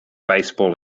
baseball